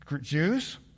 Jews